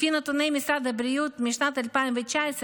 לפי נתוני משרד הבריאות משנת 2019,